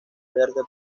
verde